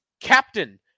captain